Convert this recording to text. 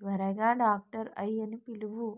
త్వరగా డాక్టర్ ఆయ్యన్నీ పిలువు